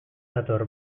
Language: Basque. dator